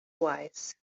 wise